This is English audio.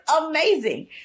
amazing